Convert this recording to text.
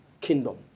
kingdom